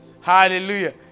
Hallelujah